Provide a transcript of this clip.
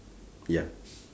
ya